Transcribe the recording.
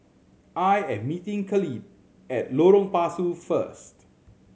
I am meeting Khalid at Lorong Pasu first